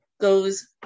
goes